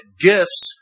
gifts